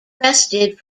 rested